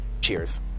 cheers